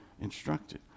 instructed